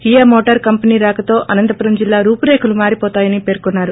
Kia motor company రాకతో అనంతపురం జిల్లా రూపురేఖలు మారివోతాయని పేర్చొన్నారు